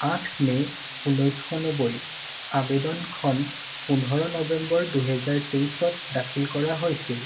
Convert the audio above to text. আঠ মে' ঊনৈছশ নব্বৈ আবেদনখন পোন্ধৰ নৱেম্বৰ দুহেজাৰ তেইছত দাখিল কৰা হৈছিল